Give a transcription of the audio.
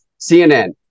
CNN